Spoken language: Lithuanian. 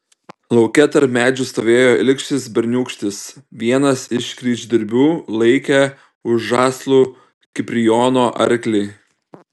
lauke tarp medžių stovėjo ilgšis berniūkštis vienas iš kryždirbių laikė už žąslų kiprijono arklį